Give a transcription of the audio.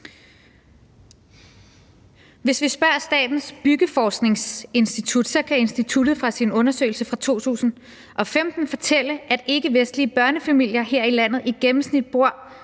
Hvis vi spørger Statens Byggeforskningsinstitut, kan instituttet fra sin undersøgelse fra 2015 fortælle, at ikkevestlige børnefamilier her i landet i gennemsnit bor